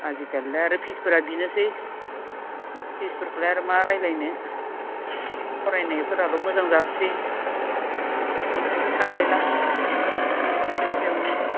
आजिखालिलाय आरो फिसफोरा बिनोसै फिसफोरखौलाय आरो मा रायलायनो फरायनायफोराल' मोजां जाथोंसै बेफोरखौ सानलायला उम इसोरनि सायावनो